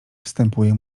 wstępuje